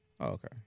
Okay